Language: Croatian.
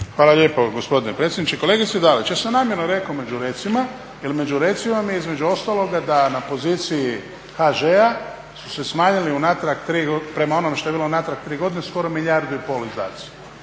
Hvala lijepo gospodine predsjedniče. Kolegice Dalić, ja sam namjerno rekao među recima, jer među recima mi je između ostaloga da na poziciji HŽ-a su se smanjili unatrag, prema onome što je bilo unatrag tri godine skoro milijardu i pol izdaci.